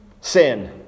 sin